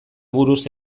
buruz